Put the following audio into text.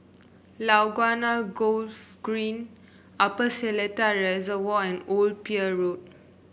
Laguna Golf Green Upper Seletar Reservoir and Old Pier Road